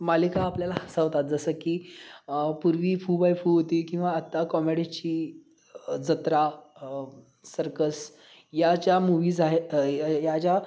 मालिका आपल्याला हसवतात जसं की पूर्वी फू बाई फू होती किंवा आत्ता कॉमेडीची जत्रा सर्कस या ज्या मूवीज आहेत या ज्या